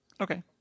Okay